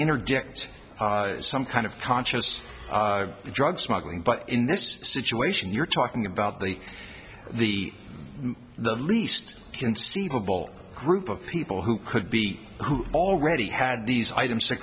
interdict some kind of conscious drug smuggling but in this situation you're talking about the the the least conceivable group of people who could be who already had these items